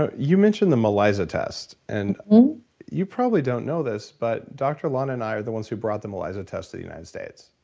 ah you mentioned the melisa test and um you probably don't know this, but dr. lana and i are the ones who brought the melisa test to the united states.